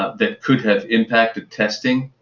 that could have impacted testing,